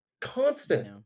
Constant